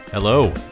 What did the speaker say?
Hello